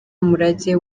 umurage